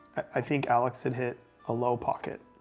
i think alex had hit a low pocket.